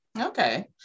Okay